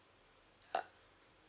uh